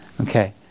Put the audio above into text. Okay